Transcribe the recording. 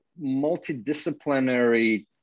multidisciplinary